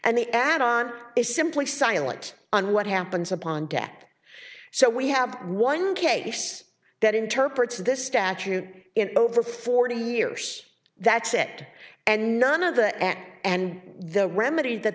and the add on is simply silent on what happens upon death so we have one case that interprets this statute in over forty years that's it and none of the act and the remedy that